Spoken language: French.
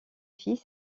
fils